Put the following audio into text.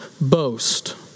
boast